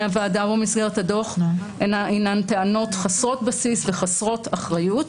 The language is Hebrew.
הוועדה או במסגרת הדוח הינן טענות חסרות בסיס וחסרות אחריות.